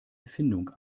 erfindung